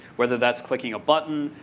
whether that's clicking a button,